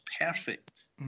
perfect